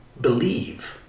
believe